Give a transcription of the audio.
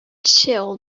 chill